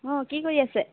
অঁ কি কৰি আছে